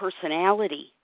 personality